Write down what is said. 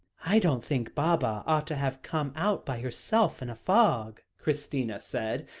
i don't think baba ought to have come out by herself in a fog, christina said,